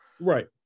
Right